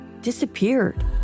disappeared